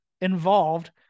involved